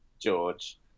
george